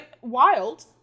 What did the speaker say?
wild